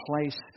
place